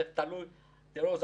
תראו,